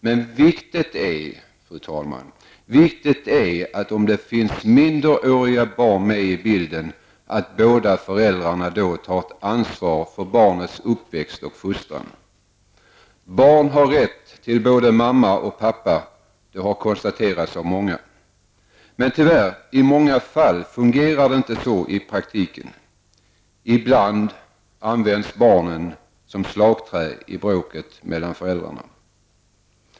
Men viktigt är, fru talman, att om det finns minderåriga barn med i bilden båda föräldrarna då tar sitt ansvar för barnens uppväxt och fostran. Barn har rätt till både mamma och pappa -- det har konstaterats av många. Men tyvärr, i många fall fungerar det inte så i praktiken. I bland används barnen som slagträ i bråket mellan föräldrarna.